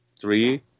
three